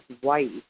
white